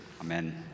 Amen